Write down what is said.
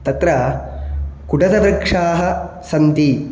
तत्र कुडतवृक्षाः सन्ति